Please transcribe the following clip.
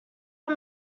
let